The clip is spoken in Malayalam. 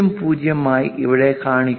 00 ആയി ഇവിടെ കാണിക്കുന്നത്